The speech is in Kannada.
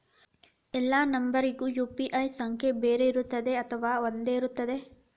ಎಲ್ಲಾ ನಂಬರಿಗೂ ಯು.ಪಿ.ಐ ಸಂಖ್ಯೆ ಬೇರೆ ಇರುತ್ತದೆ ಅಥವಾ ಒಂದೇ ಇರುತ್ತದೆ?